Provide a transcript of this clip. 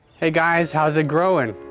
hey guys, how's it growing?